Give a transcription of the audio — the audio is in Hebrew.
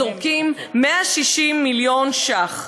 זורקים 160 מיליון שקלים.